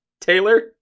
Taylor